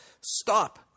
Stop